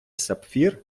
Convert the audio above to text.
сапфір